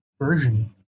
version